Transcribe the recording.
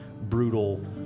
brutal